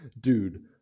dude